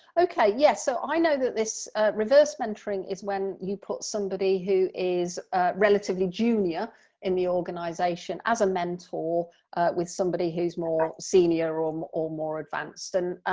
okay, yes so i know that this reverse mentoring is when you put somebody who is relatively junior in the organisation as a mentor with somebody who's more senior, or um or more advanced. and